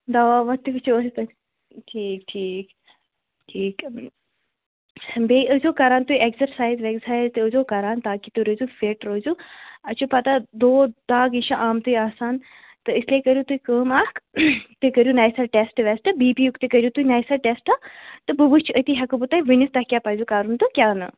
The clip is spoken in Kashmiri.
دوا ووا تہِ وُچھو أسۍ تۄہہِ ٹھیٖک ٹھیٖک ٹھیٖک بیٚیہِ ٲسۍ زیٚو کران تُہۍ ایٚکسَرسایِز ویٚکسَرسایِز تہِ ٲسۍزیٚو کران تاکہ تُہۍ روٗزو فِٹ روٗزِو اَسہِ چھِ پتاہ دود دَگ یہِ چھِ آمتُے آسان تہٕ اِسلیے کٔرِو تُہۍ کٲم اکھ تُہۍ کٔرِو نوِسَر ٹیٚسٹ ویٚسٹ بی پی یُک تہِ کٔرِو تُہۍ نوِ سَر ٹیٚسٹاہ تہٕ بہٕ وُچھٕ أتی ہیٚکو بہٕ تۄہہِ ؤنِتھ تۄہہِ کیٛاہ پَزِ کَرُن تہٕ کیٛاہ نہٕ